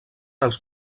els